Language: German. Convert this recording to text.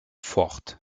ford